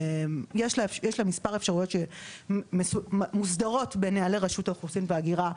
יש לה מספר אפשרויות שמוסדרות בנהלי רשות האוכלוסין וההגירה,